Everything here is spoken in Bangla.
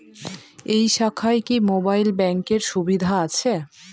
এই শাখায় কি মোবাইল ব্যাঙ্কের সুবিধা আছে?